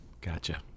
Gotcha